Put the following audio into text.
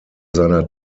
seiner